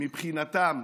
מבחינתם,